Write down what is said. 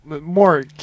more